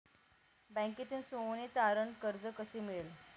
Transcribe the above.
बँकेतून सोने तारण कर्ज कसे मिळेल?